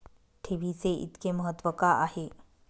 ठेवीचे इतके महत्व का आहे?